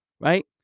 right